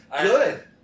Good